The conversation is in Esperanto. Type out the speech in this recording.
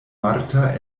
marta